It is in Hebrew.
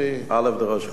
א' דראש חודש.